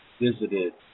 visited